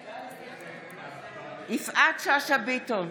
בעד יפעת שאשא ביטון,